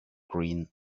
green